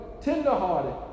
tenderhearted